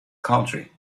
country